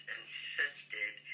insisted